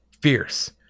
fierce